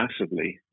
massively